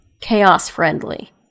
chaos-friendly